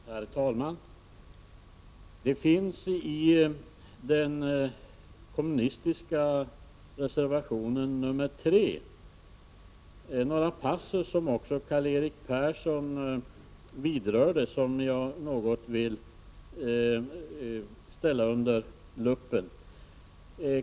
Herr talman! Det finns i den kommunistiska reservationen nr 3 några passusar som också Karl-Erik Persson vidrörde och som jag något vill ställa under luppen.